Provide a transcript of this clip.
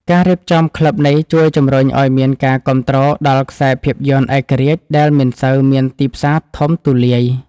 ការរៀបចំក្លឹបនេះជួយជំរុញឱ្យមានការគាំទ្រដល់ខ្សែភាពយន្តឯករាជ្យដែលមិនសូវមានទីផ្សារធំទូលាយ។